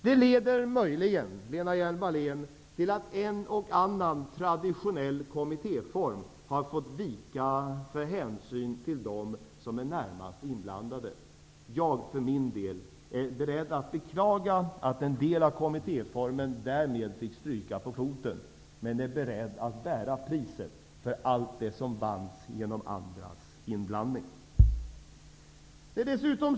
Det leder möjligen, Lena Hjelm-Wallén, till att en och annan traditionell kommittéform får vika för hänsynen till dem som är närmast inblandade. Jag är för min del beredd att beklaga att en del av kommittéformen därmed får stryka på foten. Men jag är beredd att bära priset för allt det som vanns genom andras inblandning. Herr talman!